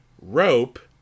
Rope